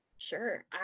Sure